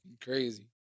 crazy